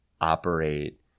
operate